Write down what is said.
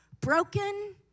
Broken